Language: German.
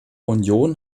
union